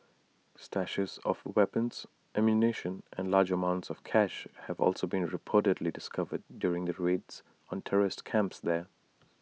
stashes of weapons ammunition and large amounts of cash have also been reportedly discovered during raids on terrorist camps there